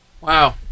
Wow